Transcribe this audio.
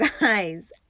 guys